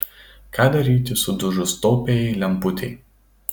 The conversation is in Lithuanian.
ką daryti sudužus taupiajai lemputei